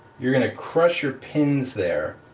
you're gonna crush your pins there